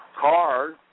Cars